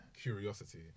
Curiosity